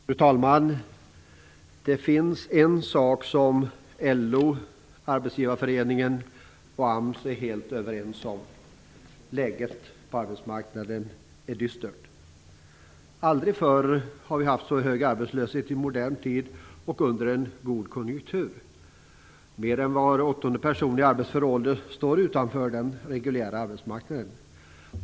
Fru talman! Det finns en sak som LO, Arbetsgivareföreningen och AMS är helt överens om: Läget på arbetsmarknaden är dystert. Aldrig förr har vi haft en så hög arbetslöshet i modern tid under en god konjunktur. Mer än var åttonde person i arbetsför ålder står utanför den reguljära arbetsmarknaden.